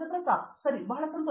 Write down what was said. ಪ್ರತಾಪ್ ಹರಿದಾಸ್ ಸರಿ ಬಹಳ ಸಂತೋಷ